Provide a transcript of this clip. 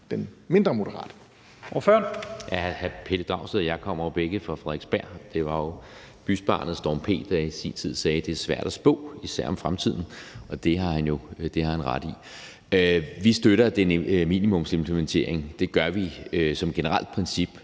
den mindre moderat?